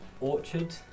Orchard